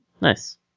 Nice